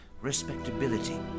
respectability